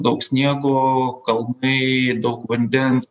daug sniego kalnai daug vandens